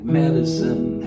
medicine